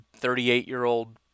38-year-old